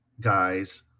guys